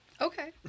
Okay